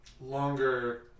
longer